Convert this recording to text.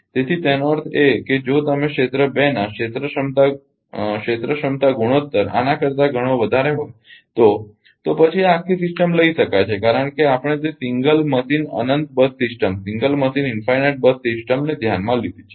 તેથી તેનો અર્થ એ છે કે જો તમે ક્ષેત્ર 2 ના ક્ષેત્ર ક્ષમતા ક્ષેત્ર ક્ષમતા ગુણોત્તર આના કરતા ઘણો વધારે હોય તો તો પછી આ આખી સિસ્ટમ લઈ શકાય છે કારણ કે આપણે તે સિંગલ મશીન અનંત bus system single machine infinite bus system ને ધ્યાનમાં લીધી છે